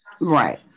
Right